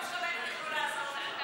ההורים שלך בטח יכלו לעזור לך.